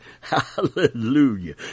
Hallelujah